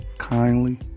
kindly